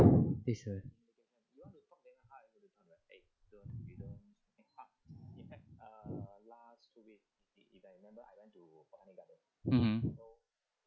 this mmhmm